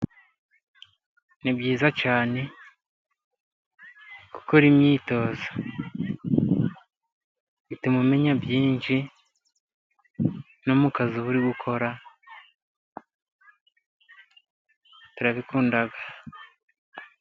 Ni byiza cyane gukora imyizo, bituma umenya byinshi no mu kazi uba uri gukora turabikunda.